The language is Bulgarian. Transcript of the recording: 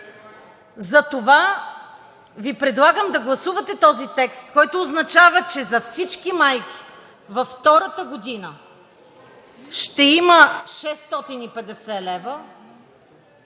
Затова Ви предлагам да гласувате този текст, който означава, че за всички майки във втората година ще има 650 лв.